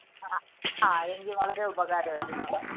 ആ ആ എങ്കിൽ വളരെ ഉപകാരമായിരുന്നു